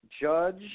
Judge